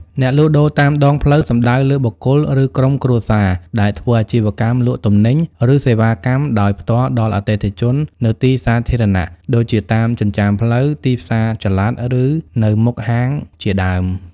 អ្នកលក់ដូរតាមដងផ្លូវសំដៅលើបុគ្គល ឬក្រុមគ្រួសារដែលធ្វើអាជីវកម្មលក់ទំនិញ ឬសេវាកម្មដោយផ្ទាល់ដល់អតិថិជននៅទីសាធារណៈ ដូចជាតាមចិញ្ចើមផ្លូវ ទីផ្សារចល័ត ឬនៅមុខហាងជាដើម ។